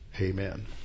amen